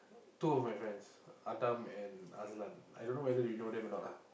two of my friends Adam and Azlan I don't know whether you know them or not lah